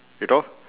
you know